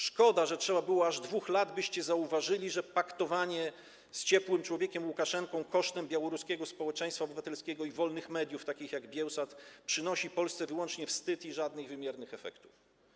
Szkoda, że trzeba było aż 2 lat, byście zauważyli, że paktowanie z ciepłym człowiekiem - Łukaszenką kosztem białoruskiego społeczeństwa obywatelskiego i wolnych mediów, takich jak Biełsat, przynosi Polsce wyłącznie wstyd, a nie przynosi żadnych wymiernych efektów.